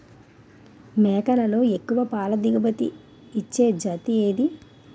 మేకలలో ఎక్కువ పాల దిగుమతి ఇచ్చే జతి ఏది?